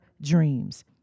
dreams